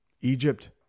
Egypt